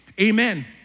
Amen